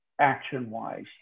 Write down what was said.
action-wise